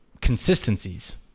consistencies